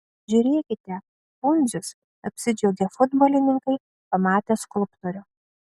žiūrėkite pundzius apsidžiaugė futbolininkai pamatę skulptorių